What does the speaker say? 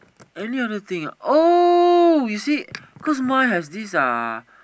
any other thing oh you see cause mine has this uh